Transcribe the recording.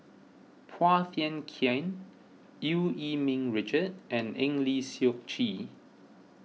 Phua Thin Kiay Eu Yee Ming Richard and Eng Lee Seok Chee